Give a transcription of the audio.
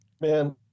Man